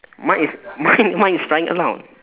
mine is mine mine is flying around